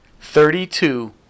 Thirty-two